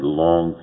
long